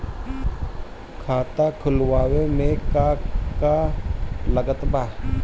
खाता खुलावे मे का का लागत बा?